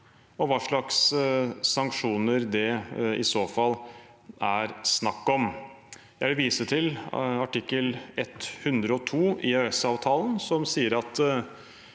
og hva slags sanksjoner det i så fall er snakk om. Jeg vil vise til artikkel 102 i EØS-avtalen, som sier at